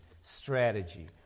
strategy